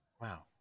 Wow